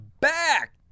back